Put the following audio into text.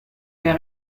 der